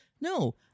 No